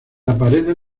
aparecen